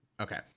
Okay